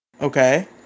okay